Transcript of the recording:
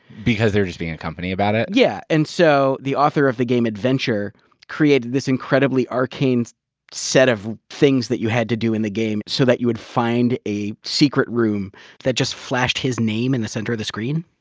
because they were just being a company about it? yeah. and so the author of the game adventure created this incredibly arcane set of things that you had to do in the game so that you would find a secret room that just flashed his in the center of the screen.